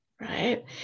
right